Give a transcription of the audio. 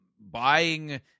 buying